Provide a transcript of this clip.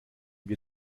wir